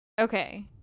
okay